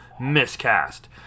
Miscast